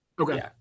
Okay